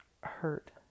hurt